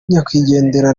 nyakwigendera